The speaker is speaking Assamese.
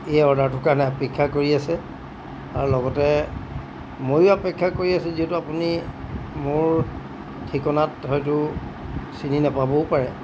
এই অৰ্ডাৰটোৰ কাৰণে অপেক্ষা কৰি আছে আৰু লগতে ময়ো আপেক্ষা কৰি আছো যিহেতু আপুনি মোৰ ঠিকনাত হয়তো চিনি নাপাবও পাৰে